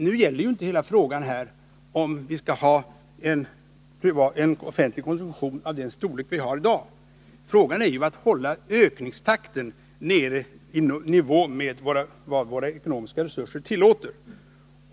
Nu gäller inte hela frågan om vi skall ha en offentlig konsumtion av den storlek vi har i dag, utan den gäller att hålla ökningstakten nere i nivå med vad våra ekonomiska resurser tillåter.